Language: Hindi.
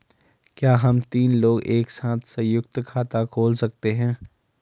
क्या हम तीन लोग एक साथ सयुंक्त खाता खोल सकते हैं?